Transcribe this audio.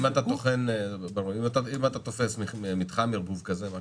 מה קורה אם אתה תופס מתחם לערבוב שכזה?